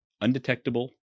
undetectable